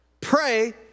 Pray